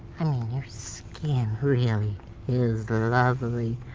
i mean your skin really is lovely.